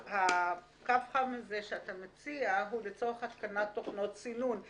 הקו החם הזה שאתה מציע הוא לצורך התקנת תוכנות סינון.